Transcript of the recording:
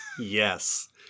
Yes